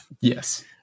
yes